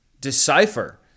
decipher